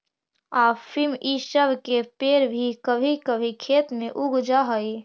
अफीम इ सब के पेड़ भी कभी कभी खेत में उग जा हई